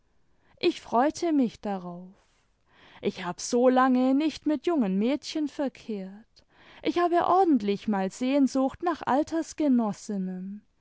ich freute mich darauf ich hab so lange nicht mit jungen mädchen verkehrt ich habe ordentlich mal sehnsucht nach